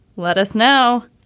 let us now.